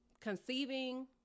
conceiving